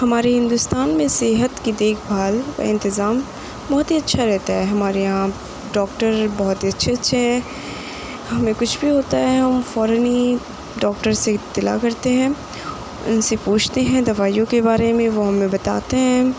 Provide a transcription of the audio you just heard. ہمارے ہندوستان میں صحت کی دیکھ بھال کا انتظام بہت ہی اچھا رہتا ہے ہمارے یہاں ڈاکٹر بہت ہی اچھے اچھے ہیں ہمیں کچھ بھی ہوتا ہے ہم فوراً ہی ڈاکٹر سے اطلاع کرتے ہیں ان سے پوچھتے ہیں دوائیوں کے بارے میں وہ ہمیں بتاتے ہیں